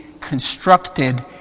constructed